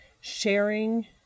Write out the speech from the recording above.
sharing